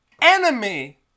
enemy